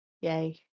yay